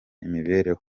imibereho